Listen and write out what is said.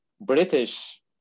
British